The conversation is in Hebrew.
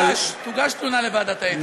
תוגש, תוגש תלונה לוועדת האתיקה.